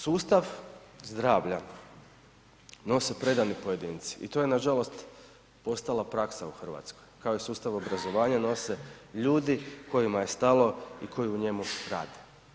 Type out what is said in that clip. Sustav zdravlja nose predani pojedinci i to je nažalost postala praksa u Hrvatskoj kao i sustav obrazovanja nose ljudi kojima je stalo i koji u njemu rade.